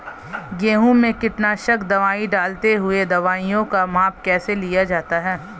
गेहूँ में कीटनाशक दवाई डालते हुऐ दवाईयों का माप कैसे लिया जाता है?